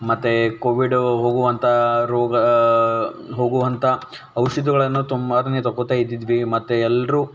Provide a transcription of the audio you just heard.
ಮತ್ತೆ ಕೋವಿಡು ಹೋಗುವಂಥಾ ರೋಗ ಹೋಗುವಂಥ ಔಷಧಿಗಳನ್ನು ತುಂಬಾ ತಗೋತ ಇದ್ದಿದ್ವಿ ಮತ್ತು ಎಲ್ಲರೂ